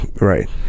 Right